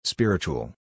Spiritual